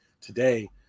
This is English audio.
today